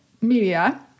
media